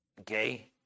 okay